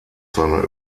seiner